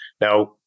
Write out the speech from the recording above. Now